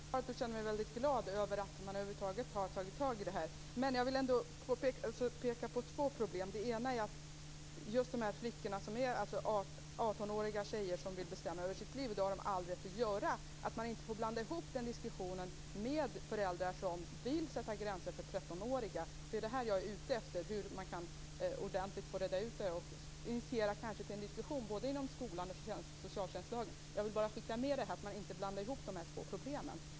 Herr talman! Jag känner mig glad över att man över huvud taget tar tag i det här. Men jag vill ändå peka på två problem. Det ena rör 18-åriga tjejer som vill bestämma över sina liv och som har all rätt att göra det. Den diskussionen får man inte blanda ihop med problemet med föräldrar som vill sätta gränser för 13-åringar. Det är det jag är ute efter - hur man ordentligt kan reda ut det här och kanske initiera en diskussion både inom skolan och när det gäller socialtjänstlagen. Jag vill bara skicka med det, att man inte blandar ihop de här två problemen.